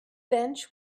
bench